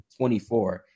24